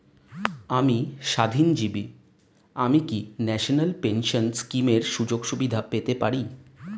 আমি স্বাধীনজীবী আমি কি ন্যাশনাল পেনশন স্কিমের সুযোগ সুবিধা পেতে পারি?